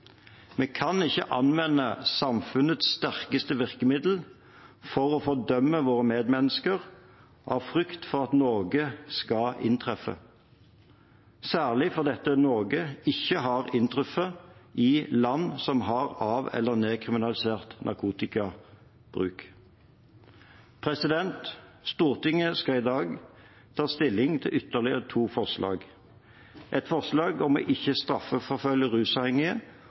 Vi kan ikke anvende samfunnets sterkeste virkemiddel for å fordømme våre medmennesker av frykt for at noe skal inntreffe, særlig fordi dette «noe» ikke har inntruffet i land som har av- eller nedkriminalisert narkotikabruk. Stortinget skal i dag ta stilling til ytterligere to forslag: et forslag om ikke å straffeforfølge rusavhengige